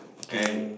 gay